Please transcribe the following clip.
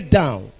down